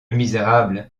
misérable